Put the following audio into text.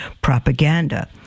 propaganda